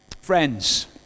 Friends